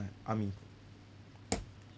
army